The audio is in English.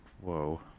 whoa